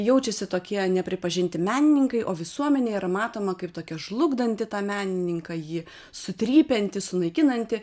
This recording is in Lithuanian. jaučiasi tokie nepripažinti menininkai o visuomenė yra matoma kaip tokia žlugdanti tą menininką jį sutrypianti sunaikinanti